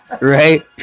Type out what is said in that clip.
Right